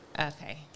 Okay